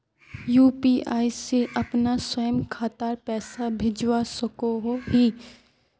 UPI से अपना स्वयं खातात पैसा भेजवा सकोहो ही?